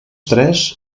tres